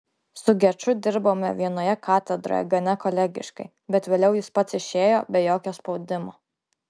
su geču ir dirbome vienoje katedroje gana kolegiškai bet vėliau jis pats išėjo be jokio spaudimo